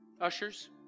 Ushers